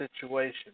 situation